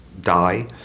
die